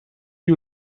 you